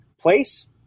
place